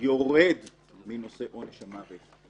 יורד מנושא עונש המוות.